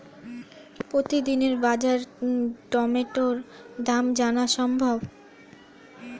প্রতিদিনের বাজার টমেটোর দাম জানা সম্ভব?